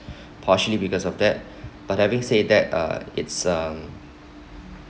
partially because of that but having said that uh it's um